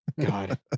God